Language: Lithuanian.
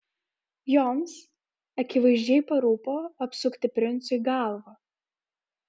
joms akivaizdžiai parūpo apsukti princui galvą